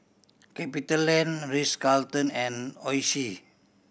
CapitaLand Ritz Carlton and Oishi